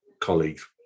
colleagues